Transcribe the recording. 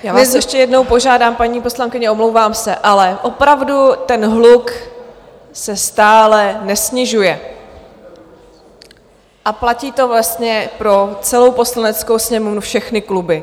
Já vás ještě jednou požádám, paní poslankyně, omlouvám se, ale opravdu ten hluk se stále nesnižuje, a platí to vlastně pro celou Poslaneckou sněmovnu, všechny kluby.